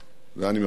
את זה אני מבטיח לכם.